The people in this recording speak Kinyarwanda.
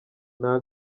nta